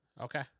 Okay